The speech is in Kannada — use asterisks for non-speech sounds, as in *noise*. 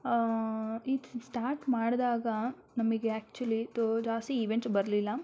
*unintelligible* ಸ್ಟಾರ್ಟ್ ಮಾಡಿದಾಗ ನಮಗೆ ಆ್ಯಕ್ಚುಲಿ ತೋ ಜಾಸ್ತಿ ಈವೆಂಟ್ಸ್ ಬರಲಿಲ್ಲ